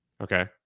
Okay